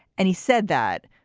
and he said that.